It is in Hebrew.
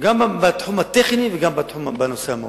גם בתחום הטכני וגם בנושא המהותי.